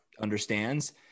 understands